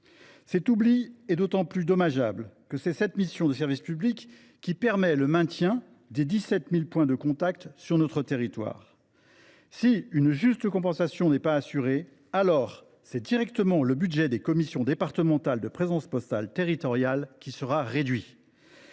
Cet oubli est d’autant plus dommageable que c’est cette mission de service public qui permet le maintien de 17 000 points de contact sur notre territoire. Si une juste compensation n’est pas assurée, alors c’est directement le budget des commissions départementales de présence postale territoriale qui sera réduit.